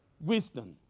wisdom